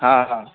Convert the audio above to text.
हो हो